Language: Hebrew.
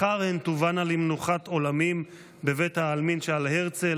מחר הן תובאנה למנוחת עולמים בבית העלמין שעל הר הרצל,